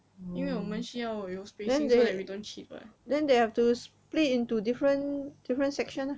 因为我们需要有 spacing so that we won't cheat [what]